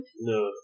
No